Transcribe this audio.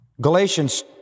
Galatians